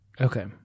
Okay